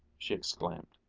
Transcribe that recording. she exclaimed.